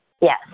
Yes